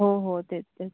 हो हो तेच तेच